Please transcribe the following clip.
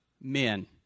men